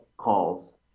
calls